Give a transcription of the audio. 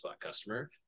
customer